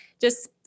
just-